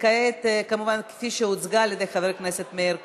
הצעת החוק שהוצגה על ידי חבר הכנסת מאיר כהן.